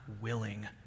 willing